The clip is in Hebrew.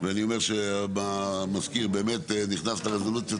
ואני אומר שהמזכיר באמת נכנס לרזולוציות